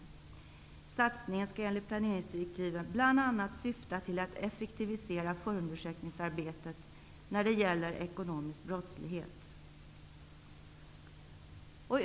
Satsningen skall enligt planeringsdirektiven bl.a. syfta till att effektivisera förundersökningsarbetet när det gäller ekonomisk brottslighet.